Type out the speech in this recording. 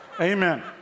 Amen